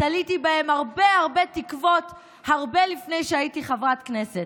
תליתי בהם הרבה הרבה תקוות הרבה לפני שהייתי חברת כנסת,